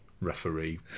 referee